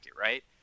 right